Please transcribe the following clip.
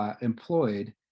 employed